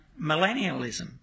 millennialism